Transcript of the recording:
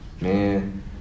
man